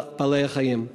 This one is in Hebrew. על בעלי-החיים.